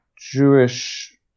Jewish